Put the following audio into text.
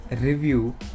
review